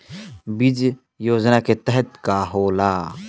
बीज योजना के तहत का का होला?